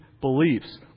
beliefs